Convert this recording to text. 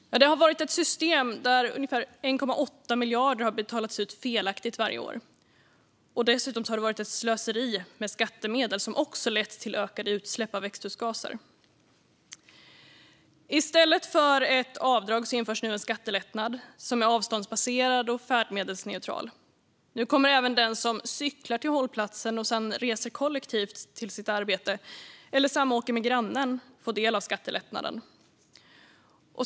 Ungefär 1,8 miljarder har betalats ut felaktigt varje år, och detta slöseri med skattemedel har också lett till ökade utsläpp av växthusgaser. I stället för ett avdrag införs nu en skattelättnad som är avståndsbaserad och färdmedelsneutral. Nu kan även den som cyklar till hållplatsen och sedan reser vidare kollektivt till sitt arbete eller samåker med grannen få del av skattelättnaden.